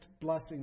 blessing